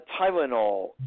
Tylenol